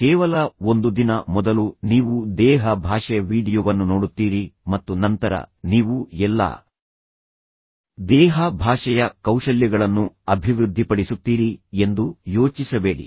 ಕೇವಲ ಒಂದು ದಿನ ಮೊದಲು ನೀವು ದೇಹ ಭಾಷೆ ವೀಡಿಯೊವನ್ನು ನೋಡುತ್ತೀರಿ ಮತ್ತು ನಂತರ ನೀವು ಎಲ್ಲಾ ದೇಹ ಭಾಷೆಯ ಕೌಶಲ್ಯಗಳನ್ನು ಅಭಿವೃದ್ಧಿಪಡಿಸುತ್ತೀರಿ ಎಂದು ಯೋಚಿಸಬೇಡಿ